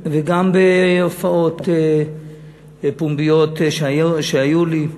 וגם בהופעות פומביות שהיו לי: